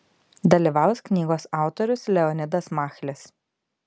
dalyvaus knygos autorius leonidas machlis